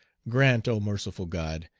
grant, o merciful god,